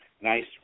nice